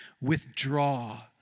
withdraw